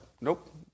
nope